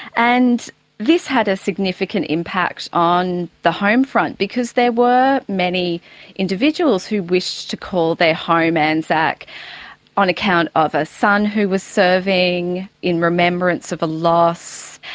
and this had a significant impact on the home front because there were many individuals who wish to call their home anzac on account of a son who was serving, in remembrance of a loss.